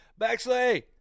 Baxley